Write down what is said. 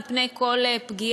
מפני כל פגיעה.